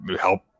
help